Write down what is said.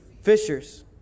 Fishers